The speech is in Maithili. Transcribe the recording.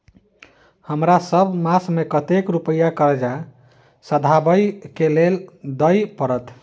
हमरा सब मास मे कतेक रुपया कर्जा सधाबई केँ लेल दइ पड़त?